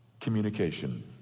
Communication